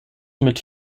mit